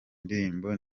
ndirimbo